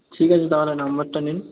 ঠিক আছে তাহলে নম্বরটা নিন